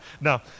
No